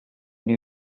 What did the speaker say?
new